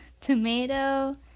tomato